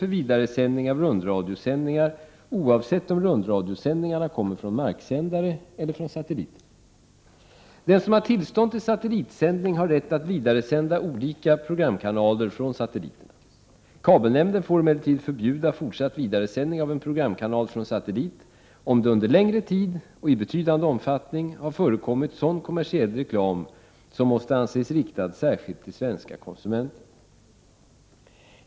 Den som har tillstånd till satellitsändning har rätt att vidaresända olika programkanaler från satelliterna. Kabelnämnden får emellertid förbjuda fortsatt vidaresändning av en programkanal från satellit, om det under längre tid och i betydande omfattning har förekommit sådan kommersiell reklam som måste anses riktad särskilt till svenska konsumenter.